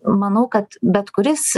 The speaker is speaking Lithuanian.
manau kad bet kuris